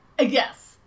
Yes